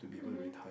mmhmm